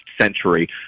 century